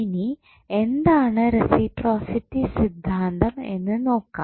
ഇനി എന്താണ് റസിപ്രോസിറ്റി സിദ്ധാന്തം എന്ന് നോക്കാം